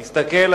תסתכל,